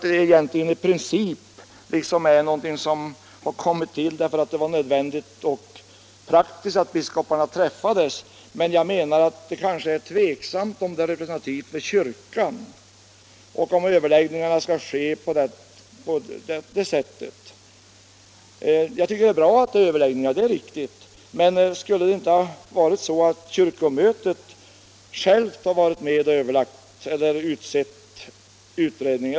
Det tillkom därför att det var nödvändigt och praktiskt att biskoparna träffades. Men det är, menar jag, tveksamt om det är representativt för kyrkan, och det är därför också tveksamt om överläggningarna skall ske på den nivån. Jag tycker att det är riktigt att det sker överläggningar — men skulle inte kyrkomötet självt ha varit med och överlagt eller utsett utredningen?